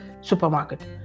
supermarket